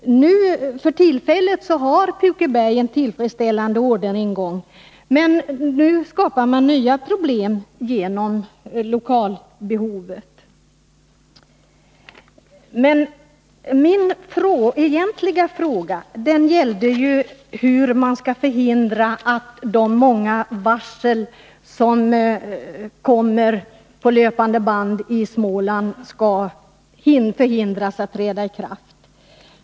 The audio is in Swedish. För tillfället har Pukeberg en tillfredsställande orderingång, men nu skapas nya problem genom lokalbehovet. Min egentliga fråga gällde hur man skall förhindra att de många varsel som kommer på löpande band i Småland träder i kraft.